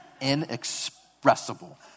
inexpressible